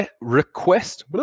request